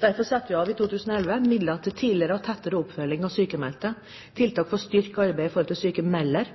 Derfor setter vi i 2011 av midler til tidligere og tettere oppfølging av den sykmeldte, tiltak for å styrke arbeidet i forhold til sykmelder.